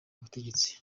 ubutegetsi